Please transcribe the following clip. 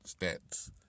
stats